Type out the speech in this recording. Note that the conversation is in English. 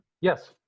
Yes